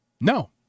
No